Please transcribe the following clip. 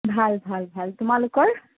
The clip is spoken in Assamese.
ভাল ভাল ভাল তোমালোকৰ